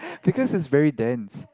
because it's very dense